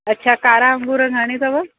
अच्छा कारा अंगूर घणे अथव